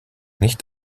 nicht